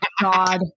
God